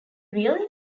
really